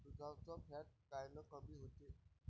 दुधाचं फॅट कायनं कमी होते?